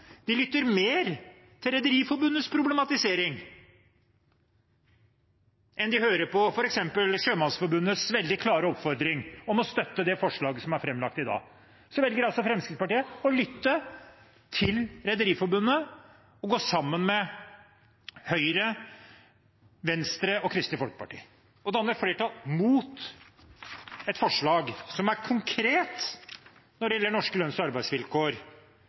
de lytter mer til Rederiforbundets problematisering enn de hører på f.eks. Sjømannsforbundets veldig klare oppfordring om å støtte det forslaget som er framlagt i dag. Så velger altså Fremskrittspartiet å lytte til Rederiforbundet og gå sammen med Høyre, Venstre og Kristelig Folkeparti og danne flertall mot et forslag som er konkret når det gjelder norske lønns- og arbeidsvilkår